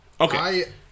Okay